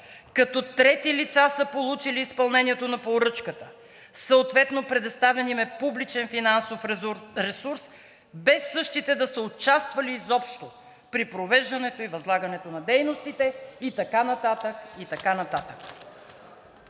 като трети лица са получили изпълнението на поръчката, съответно предоставен им е публичен финансов ресурс, без същите да са участвали изобщо при провеждането и възлагането на дейностите и така нататък,